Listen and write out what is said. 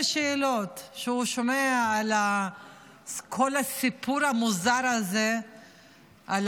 כשהוא שומע על כל הסיפור המוזר הזה על